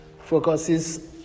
focuses